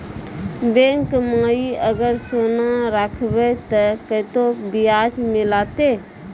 Bank माई अगर सोना राखबै ते कतो ब्याज मिलाते?